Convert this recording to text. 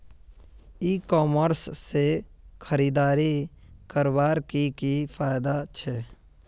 ई commerce से खरीदारी करवार की की फायदा छे?